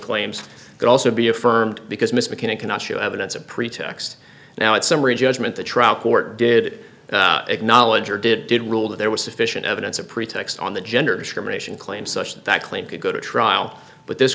claims could also be affirmed because miss mackinnon cannot show evidence a pretext now it's summary judgment the trial court did acknowledge or did did rule that there was sufficient evidence of pretext on the gender discrimination claim such that claim could go to trial but this